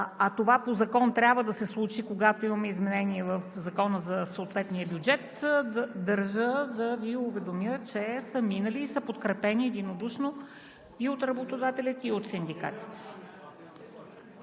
а това по закон трябва да се случи, когато имаме изменение в закона за съответния бюджет, държа да Ви уведомя, че са минали и са подкрепени единодушно и от работодателите, и от синдикатите.